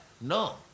No